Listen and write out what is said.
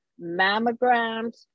mammograms